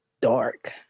dark